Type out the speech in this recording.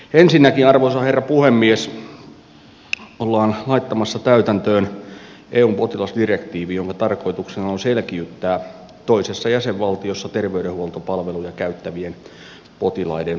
ensinnäkin arvoisa herra puhemies ollaan laittamassa täytäntöön eun potilasdirektiivi jonka tarkoituksena on selkiyttää toisessa jäsenvaltiossa terveydenhuoltopalveluja käyttävien potilaiden oikeuksia